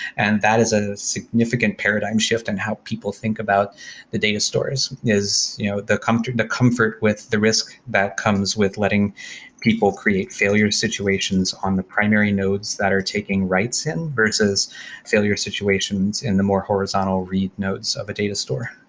and that is a significant paradigm shift and how people think about the data stores, is you know the comfort the comfort with the risk that comes with letting people create failure situations on the primary notes that are taking writes in versus failure situations in the more horizontal read notes of a data store.